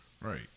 Right